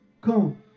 come